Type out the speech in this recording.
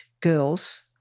girls